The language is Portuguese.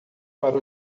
para